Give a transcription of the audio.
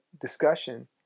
discussion